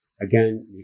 again